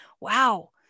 wow